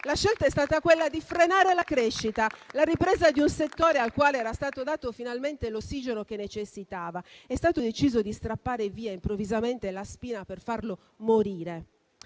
la scelta è stata quella di frenare la crescita, la ripresa di un settore al quale era stato dato finalmente l'ossigeno che necessitava. È stato deciso di strappare via improvvisamente la spina per farlo morire.